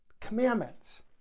commandments